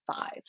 five